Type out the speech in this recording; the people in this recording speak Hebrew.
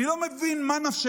אני לא מבין, מה נפשך?